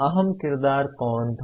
अहम किरदार कौन था